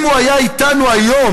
אם הוא היה אתנו היום,